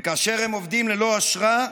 וכאשר הם עובדים ללא אשרה,